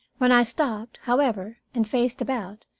when i stopped, however, and faced about,